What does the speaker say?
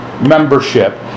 membership